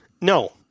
No